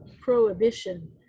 prohibition